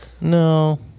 No